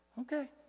Okay